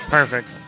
Perfect